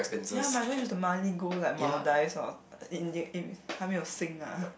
ya my dad used the mile go like Maldives or india 还没有行 ah